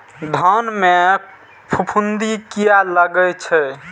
धान में फूफुंदी किया लगे छे?